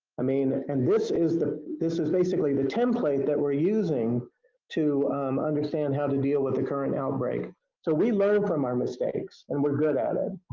i mean and this is the, this is basically the template that we're using to understand how to deal with the current outbreak so we learn from our mistakes and we're good at it.